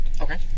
Okay